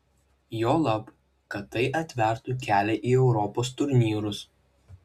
juolab kad tai atvertų kelią į europos turnyrus